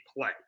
play